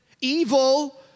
Evil